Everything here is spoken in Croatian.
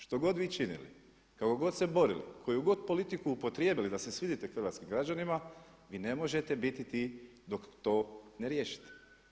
Što god vi činili, kako god se borili, koju god politiku upotrijebili da se svidite hrvatskim građanima vi ne možete biti ti dok to ne riješite.